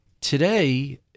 Today